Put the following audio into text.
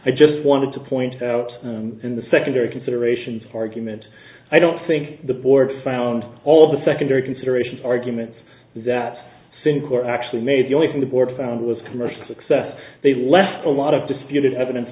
i just wanted to point out in the secondary considerations argument i don't think the board found all the secondary consideration arguments that cynical are actually made the only thing the board found was commercial success they left a lot of disputed evidence